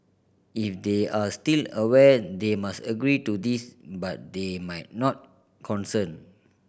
if they are still aware they must agree to this but they might not consent